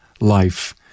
life